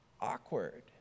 Awkward